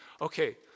okay